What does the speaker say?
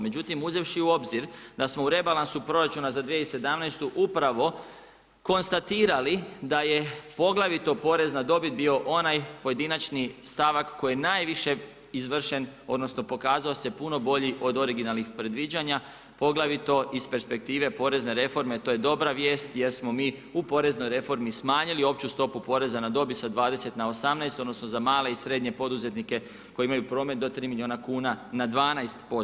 Međutim uzevši u obzir da smo u rebalansu proračuna za 2017. upravo konstatirali da je poglavito porez na dobit bio onaj pojedinačni stavak koji je najviše izvršen odnosno pokazao se puno bolji od originalnih predviđanja poglavito iz perspektive porezne reforme, to je dobra vijest jer smo mi u poreznoj reformi smanjili opću stopu poreza na dobit sa 20 na 18 odnosno za male i srednje poduzetnike koji imaju promet do tri milijuna kuna na 12%